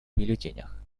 бюллетенях